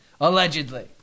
Allegedly